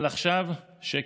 אבל עכשיו, שקט.